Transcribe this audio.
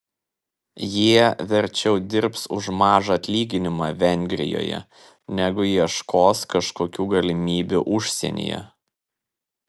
jie verčiau dirbs už mažą atlyginimą vengrijoje negu ieškos kažkokių galimybių užsienyje